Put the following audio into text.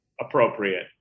appropriate